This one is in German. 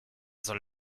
soll